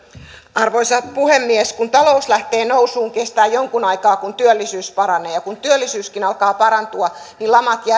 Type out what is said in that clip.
arvoisa puhemies kun talous lähtee nousuun kestää jonkun aikaa että työllisyys paranee ja kun työllisyyskin alkaa parantua niin